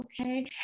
okay